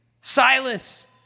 Silas